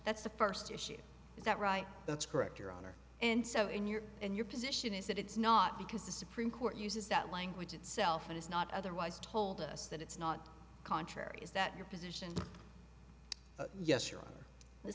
that's the first issue is that right that's correct your honor and so in your and your position is that it's not because the supreme court uses that language itself and it's not otherwise told us that it's not contrary is that your position yes you